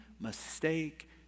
mistake